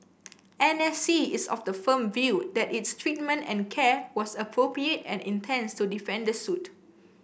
N S C is of the firm view that its treatment and care was appropriate and intends to defend the suit